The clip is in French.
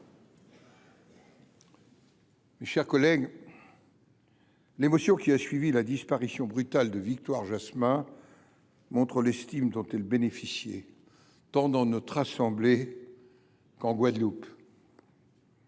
mes chers collègues, l’émotion qui a suivi la disparition brutale de Victoire Jasmin montre l’estime dont celle-ci bénéficiait, tant dans notre assemblée qu’en Guadeloupe.